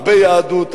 הרבה יהדות,